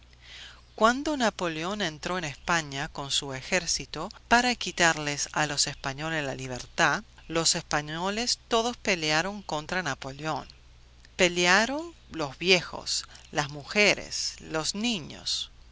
cuando napoleón entró en españa con su ejército para quitarles a los españoles la libertad los españoles todos pelearon contra napoleón pelearon los viejos las mujeres los niños